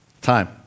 Time